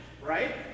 right